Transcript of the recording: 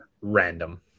random